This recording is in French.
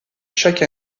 chaque